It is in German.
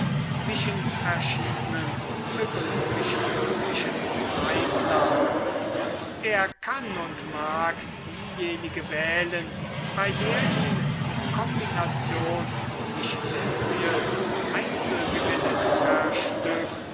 zwischen verschiedenen ökonomisch möglichen preislagen er kann und mag diejenige wählen bei der ihm die kombination zwischen der höhe des einzelgewinnes per stück